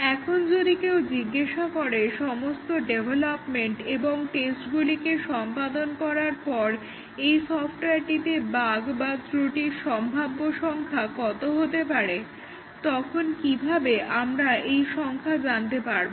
এখন যদি কেউ জিজ্ঞেস করে সমস্ত ডেভেলপমেন্ট এবং টেস্টগুলিকে সম্পাদন করার পর এই সফটওয়্যারটিতে বাগ্ বা ত্রুটির সম্ভাব্য সংখ্যা কত হতে পারে তখন কিভাবে আমরা এই সংখ্যা জানতে পারবো